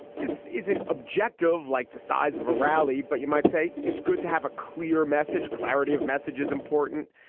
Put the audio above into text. this isn't objective like the size of a rally, but you might say it's good to have a clear message. clarity of message is important.